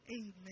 Amen